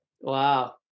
wow